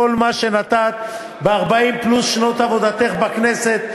מה שנתת ב-40 פלוס שנות עבודתך בכנסת.